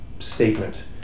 statement